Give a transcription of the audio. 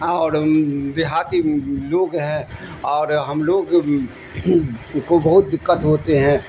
اور دیہاتی لوگ ہیں اور ہم لوگ کو بہت دقت ہوتے ہیں